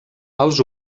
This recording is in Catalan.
els